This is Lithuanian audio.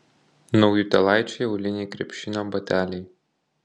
naujutėlaičiai auliniai krepšinio bateliai